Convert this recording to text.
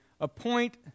appoint